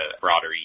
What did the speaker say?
broader